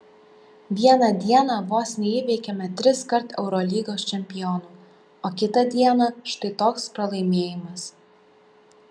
vieną dieną vos neįveikėme triskart eurolygos čempionų o kitą dieną štai toks pralaimėjimas